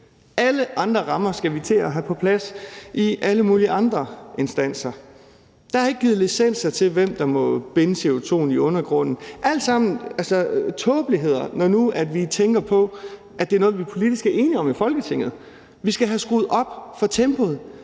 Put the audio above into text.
Alle andre rammer skal vi til at have på plads i alle mulige andre instanser. Der er ikke givet licenser til, hvem der må binde CO2 i undergrunden. Det er alt sammen tåbeligheder, når vi nu tænker på, at det er noget, vi politisk er enige om i Folketinget. Vi skal have skruet op for tempoet,